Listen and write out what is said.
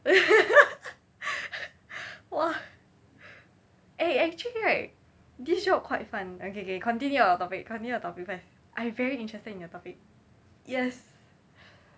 !wah! eh actually right this show quite fun okay okay continue your topic continue your topic I very interested in your topic yes